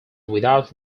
without